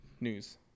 news